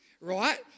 right